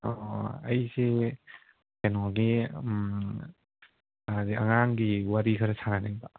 ꯑꯣ ꯑꯩꯁꯤ ꯀꯩꯅꯣꯒꯤ ꯎꯝ ꯍꯥꯏꯗꯤ ꯑꯉꯥꯡꯒꯤ ꯋꯥꯔꯤ ꯈꯔ ꯁꯥꯟꯅꯅꯤꯡꯕ